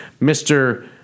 Mr